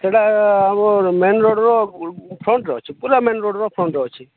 ସେଟା ଆମ ମେନ୍ ରୋଡ଼୍ର ଫ୍ରଣ୍ଟ୍ରେ ଅଛି ପୁରା ମେନ୍ ରୋଡ଼୍ର ଫ୍ରଣ୍ଟ୍ରେ ଅଛି